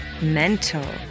mental